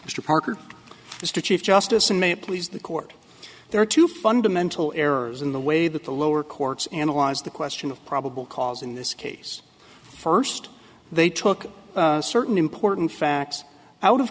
mr parker mr chief justice and may it please the court there are two fundamental errors in the way that the lower courts analyzed the question of probable cause in this case first they took certain important facts out of